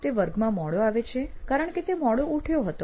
તે વર્ગમાં મોડો આવે છે કારણ કે તે મોડો ઉઠ્યો હતો